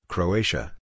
Croatia